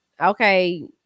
okay